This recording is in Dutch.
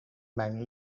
mijn